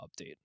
update